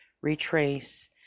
retrace